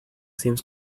seems